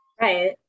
Right